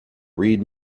read